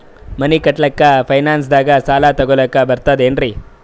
ಮನಿ ಕಟ್ಲಕ್ಕ ಫೈನಾನ್ಸ್ ದಾಗ ಸಾಲ ತೊಗೊಲಕ ಬರ್ತದೇನ್ರಿ?